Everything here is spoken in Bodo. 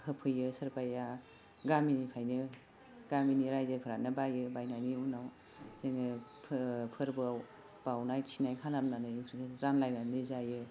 होफैयो सोरबाया गामिनिफायनो गामिनि रायजोफ्रानो बायो बायनायनि उनाव जोङो फो फोरबोआव बाउनाय थिनाय खालामनानै रानलायनानै जायो